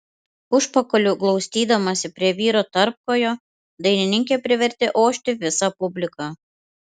užpakaliu glaustydamasi prie vyro tarpkojo dainininkė privertė ošti visą publiką